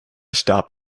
starb